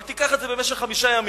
אבל תיקח את זה במשך חמישה ימים.